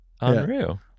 unreal